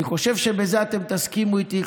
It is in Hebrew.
אני חושב שבזה אתם תסכימו איתי,